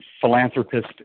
philanthropist